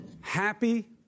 Happy